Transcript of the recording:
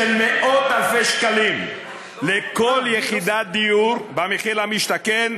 של מאות-אלפי שקלים לכל יחידת דיור במחיר למשתכן,